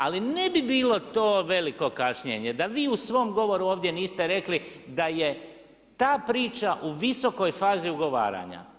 Ali ne bi bilo to veliko kašnjenje da vi u svom govoru niste rekli da je ta priča u visokoj fazi ugovaranja.